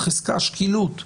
השקילות.